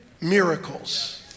miracles